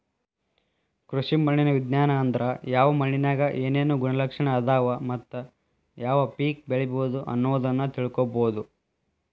ಕೃಷಿ ಮಣ್ಣಿನ ವಿಜ್ಞಾನ ಅಂದ್ರ ಯಾವ ಮಣ್ಣಿನ್ಯಾಗ ಏನೇನು ಗುಣಲಕ್ಷಣ ಅದಾವ ಮತ್ತ ಯಾವ ಪೇಕ ಬೆಳಿಬೊದು ಅನ್ನೋದನ್ನ ತಿಳ್ಕೋಬೋದು